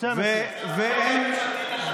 הצעת החוק הממשלתית,